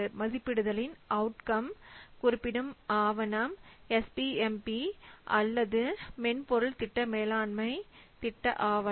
திட்ட திட்டமிடுதலின் outcome குறிப்பிடும் ஆவணம் எஸ் பி எம் பி அல்லது மென்பொருள் திட்ட மேலாண்மை திட்ட ஆவணம்